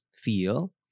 feel